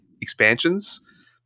expansions